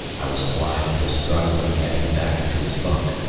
i was obliged to struggle and get him back into his bunk.